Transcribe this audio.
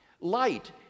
Light